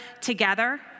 together